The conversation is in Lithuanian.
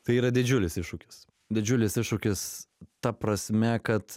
tai yra didžiulis iššūkis didžiulis iššūkis ta prasme kad